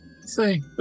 say